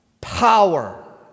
power